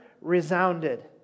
resounded